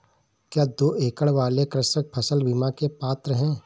क्या दो एकड़ वाले कृषक फसल बीमा के पात्र हैं?